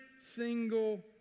single